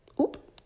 Oop